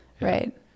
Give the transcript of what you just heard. right